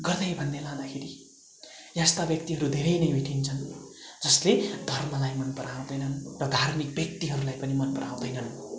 गर्दै भन्दै लाँदाखेरि यस्ता व्यक्तिहरू धेरै नै भेटिन्छन् जसले धर्मलाई मन पराउँदैनन् र धार्मिक व्यक्तिहरूलाई पनि मन पराउँदैनन्